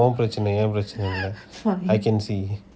அது உன் பிரச்னை ஏன் பிரச்னை இல்ல:athu un prechana yean prechana illa I can see